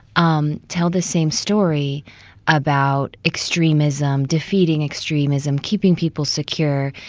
um tell the same story about extremism, defeating extremism, keeping people secure